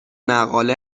مقاله